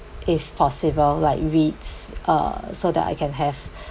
if possible like reeds uh so that I can have